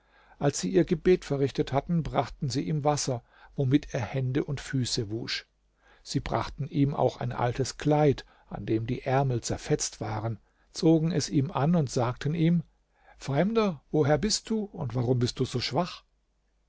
als sie ihr gebet verrichtet hatten brachten sie ihm wasser womit er hände und füße wusch sie brachten ihm auch ein altes kleid an dem die ärmel zerfetzt waren zogen es ihm an und sagten ihm fremder woher bist du und warum bist du so schwach